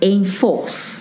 Enforce